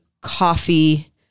coffee